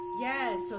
Yes